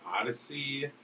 Odyssey